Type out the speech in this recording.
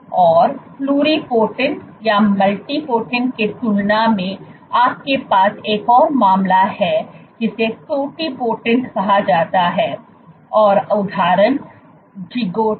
औरप्लुरिपोटेंट या मल्टीपोटेंट के तुलना में आपके पास एक और मामला है जिसे टोटिपोटेंट कहा जाता है और उदाहरण ज़िगोटे Zygoteहै